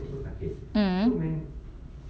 mm